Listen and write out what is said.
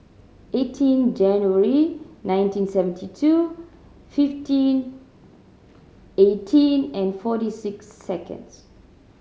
eighteen January nineteen seventy two fifteen eighteen and forty six seconds